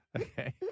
Okay